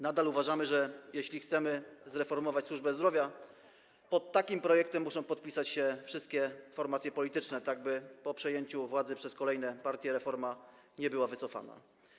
Nadal uważamy, że jeśli chcemy zreformować służbę zdrowia, to pod takim projektem muszą podpisać się wszystkie formacje polityczne, tak by po przejęciu władzy przez kolejne partie reforma nie była wycofana.